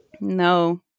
No